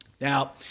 Now